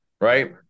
right